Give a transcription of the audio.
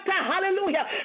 Hallelujah